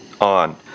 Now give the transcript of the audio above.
on